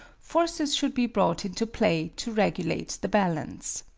forces should be brought into play to regulate the balance.